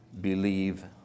believe